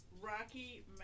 Rocky